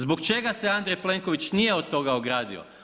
Zbog čega se Andrej Plenković nije od toga ogradio?